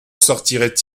sortirait